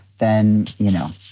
then, you know,